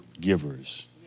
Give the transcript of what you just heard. givers